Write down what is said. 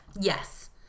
Yes